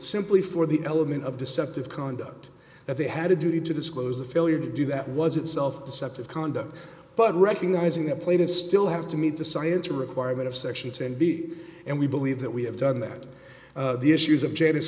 simply for the element of deceptive conduct that they had a duty to disclose the failure to do that was itself deceptive conduct but recognizing the plate is still have to meet the science requirement of section ten b and we believe that we have done that the issues of ja